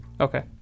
Okay